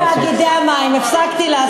של תאגידי המים, הפסקתי לעשות את זה.